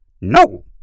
No